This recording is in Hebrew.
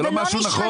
זה לא נכון.